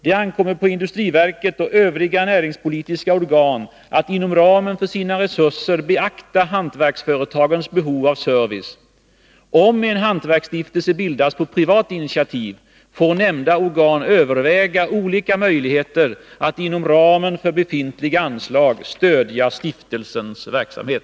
Det ankommer på industriverket och övriga näringspolitiska organ att inom ramen för sina resurser beakta hantverksföretagens behov av service. Om en hantverksstiftelse bildas på privat initiativ, får nämnda organ överväga olika möjligheter att inom ramen för befintliga anslag stödja stiftelsens verksamhet.